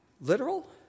literal